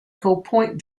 point